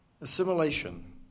assimilation